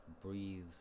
breathe